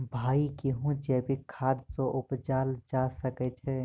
भाई गेंहूँ जैविक खाद सँ उपजाल जा सकै छैय?